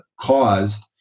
caused